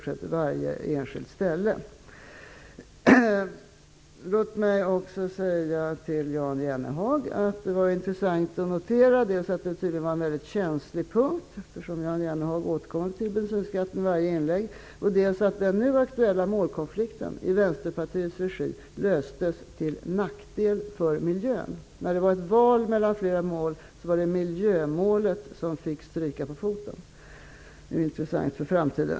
Det var intressant att notera, Jan Jennehag, att bensinskatten tydligen är en mycket känslig punkt, eftersom Jag Jennehag återkommer till den skatten i varje inlägg. Det var också intressant att notera att den nu aktuella målkonflikten i Vänsterpartiets regi löstes till nackdel för miljön. Vid ett val mellan flera mål fick miljömålet stryka på foten. Det är intressant att veta detta inför framtiden.